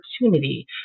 opportunity